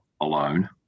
alone